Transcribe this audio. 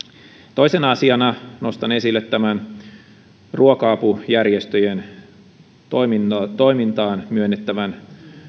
toisena asiana nostan esille ruoka apujärjestöjen toimintaan toimintaan myönnettävän